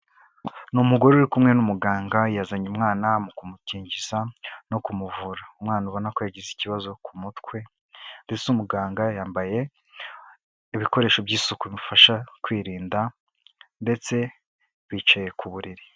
Ni umugore uri kumwe n'umuganga, yazanye umwana mu kumukingiza no kumuvura, umwana ubona ko yagize ikibazo ku mutwe ndetse umuganga yambaye ibikoresho by'isuku bimufasha kwirinda ndetse bicaye ku buriri.